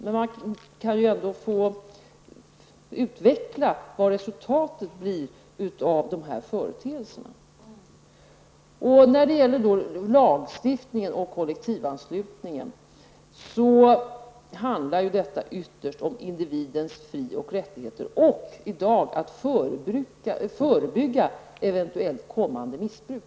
Men man kan ändå få utveckla vilket resultat de här företeelserna ger. Lagstiftningen om kollektivanslutning handlar ytterst om individens fri och rättigheter och om att i dag förebygga eventuellt kommande missbruk.